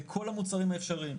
בכל המוצרים האפשריים,